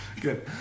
Good